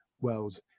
world